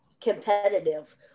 competitive